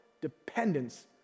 dependence